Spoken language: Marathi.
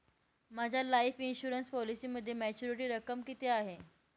माझ्या लाईफ इन्शुरन्स पॉलिसीमध्ये मॅच्युरिटी रक्कम किती आहे?